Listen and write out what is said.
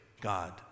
God